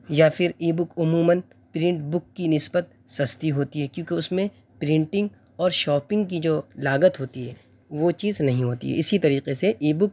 یا پھر e book عموماً پرنٹ بک کی نسبت سستی ہوتی ہے کیوںکہ اس میں پرنٹنگ اور شاپنگ کی جو لاگت ہوتی ہے وہ چیز نہیں ہوتی ہے اسی طریقے سے ای بک